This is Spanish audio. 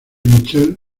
michel